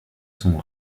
sont